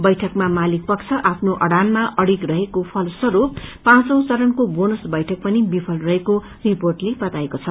बैइकमा मालिक पक्ष आफ्नो आड़ानमा अड़िग रहेको फलस्वरूप पाँचौ चरणको बोनस बैठक पनि विफल रहेको रिर्पोअले बताएको छ